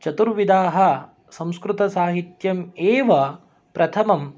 चतुर्विधाः संस्कृतसाहित्यम् एव प्रथमं